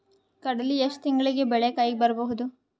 ಕಡಲಿ ಎಷ್ಟು ತಿಂಗಳಿಗೆ ಬೆಳೆ ಕೈಗೆ ಬರಬಹುದು?